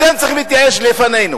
אתם צריכים להתייאש לפנינו,